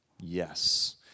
Yes